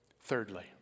Thirdly